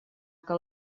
que